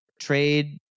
trade